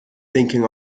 thinking